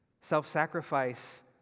self-sacrifice